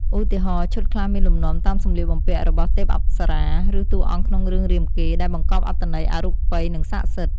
ឧទាហរណ៍ ឈុតខ្លះមានលំនាំតាមសម្លៀកបំពាក់របស់ទេពអប្សរា ឬតួអង្គក្នុងរឿងរាមកេរ្តិ៍ ដែលបង្កប់អត្ថន័យអរូបី និងស័ក្តិសិទ្ធិ។